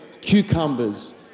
cucumbers